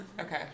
okay